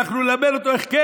אנחנו נלמד אותו איך כן.